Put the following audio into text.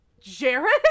Jared